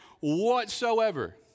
whatsoever